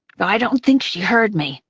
though i don't think she heard me.